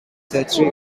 century